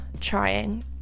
trying